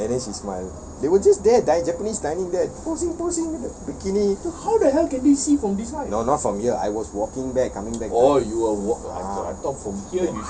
and then she smile they were just there japanese dining there posing posing bikini no not from here I was walking back coming back ah